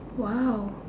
!wow!